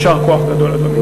יישר כוח גדול, אדוני.